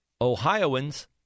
Ohioans